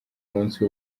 munsi